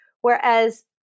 Whereas